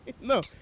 No